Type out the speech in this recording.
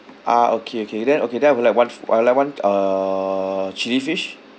ah okay okay then okay then I would like one f~ I would like one uh chili fish